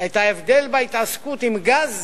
את ההבדל בין התעסקות עם גז